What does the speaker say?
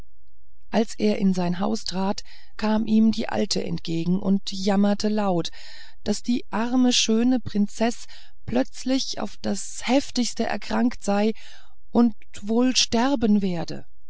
als er in sein haus trat kam ihm die alte entgegen und jammerte laut daß die arme schöne prinzeß plötzlich auf das heftigste erkrankt sei und wohl sterben werde